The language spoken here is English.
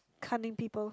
cunning people